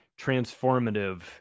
transformative